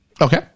Okay